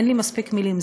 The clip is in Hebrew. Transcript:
אין לי מספיק מילים.